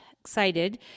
excited